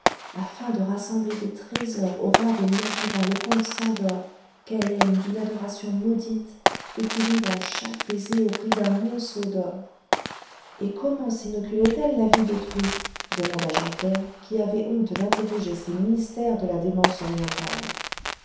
afin de rassembler des trésors au roi des morts vivants le comte szandor qu'elle aime d'une adoration maudite et qui lui vend chaque baiser au prix d'un monceau d'or et comment sinoculait elle la vie d'autrui demanda jean pierre qui avait honte d'interroger ces mystères de la démence orientale